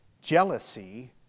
jealousy